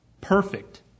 perfect